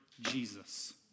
Jesus